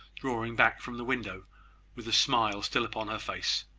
drawing back from the window with the smile still upon her face.